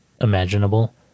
imaginable